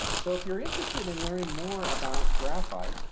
so if you're interested in learning more about graphite.